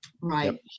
Right